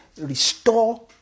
restore